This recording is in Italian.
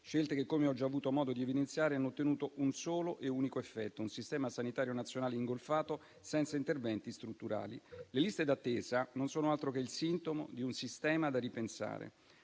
scelte che, come ho già avuto modo di evidenziare, hanno ottenuto un solo e unico effetto: un sistema sanitario nazionale ingolfato, senza interventi strutturali. Le liste d'attesa non sono altro che il sintomo di un sistema da ripensare.